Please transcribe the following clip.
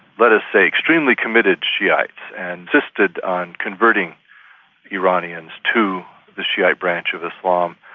let us say, extremely committed shiites and insisted on converting iranians to the shiite branch of islam,